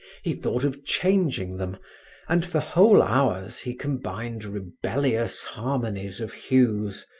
he thought of changing them and for whole hours he combined rebellious harmonies of hues,